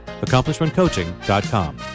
AccomplishmentCoaching.com